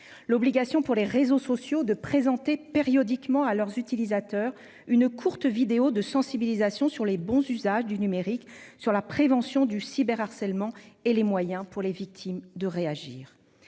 l'obligation pour les réseaux sociaux de présenter périodiquement à leurs utilisateurs une courte vidéo de sensibilisation sur les bons usages du numérique sur la prévention du cyber harcèlement et les moyens pour les victimes de réagir